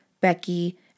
Becky